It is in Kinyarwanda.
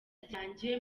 ryanjye